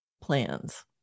plans